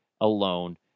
alone